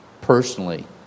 personally